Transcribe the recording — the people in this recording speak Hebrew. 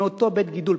מאותו בית-גידול,